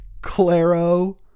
claro